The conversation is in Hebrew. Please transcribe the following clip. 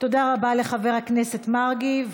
תודה רבה לחבר הכנסת מרגי.